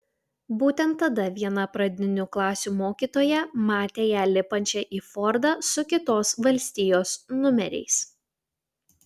būtent tada viena pradinių klasių mokytoja matė ją lipančią į fordą su kitos valstijos numeriais